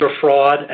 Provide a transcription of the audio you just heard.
fraud